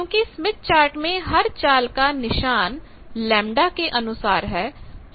क्योंकि Smith chart में हर चाल का निशान λ के अनुसार है